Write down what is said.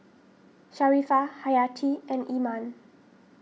Sharifah Hayati and Iman